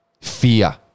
fear